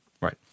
Right